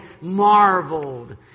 marveled